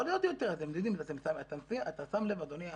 אבל אתה שם לב, אדוני היושב-ראש,